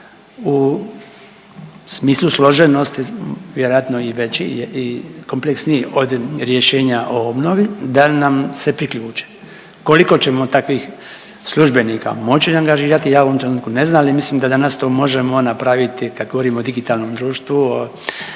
u smislu složenosti vjerojatno i veći i kompleksniji od rješenja o obnovi da nam se priključe. Koliko ćemo takvih službenika moći angažirati ja u ovom trenutku ne znam, ali mislim da danas to možemo napraviti kad govorimo o digitalnom društvu,